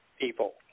people